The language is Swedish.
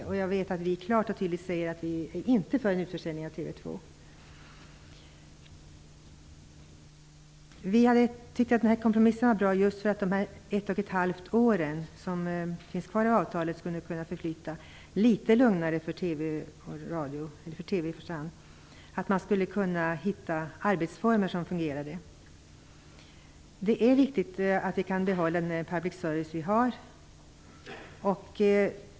Jag vet att vi kristdemokrater klart och tydligt säger att vi inte är för en utförsäljning av Vi kristdemokrater tycker att kompromissen är bra just därför att de ett och ett halvt år som finns kvar av avtalsperioden kunde förflyta litet lugnare för TV:n och radion, och i första hand för TV:n. Man skulle kunna hitta arbetsformer som fungerade. Det är viktigt att vi kan behålla den public service vi har.